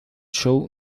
show